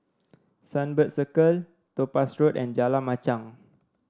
Sunbird Circle Topaz Road and Jalan Machang